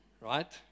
right